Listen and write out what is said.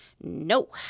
No